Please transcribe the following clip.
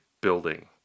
building